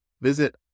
Visit